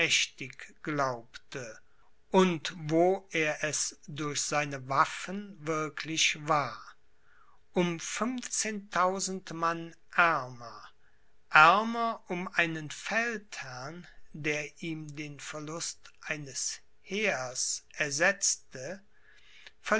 glaubte und wo er es durch seine waffen wirklich war um fünfzehntausend mann ärmer ärmer um einen feldherrn der ihm den verlust eines heers ersetzte